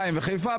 בירושלים ובחיפה,